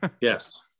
Yes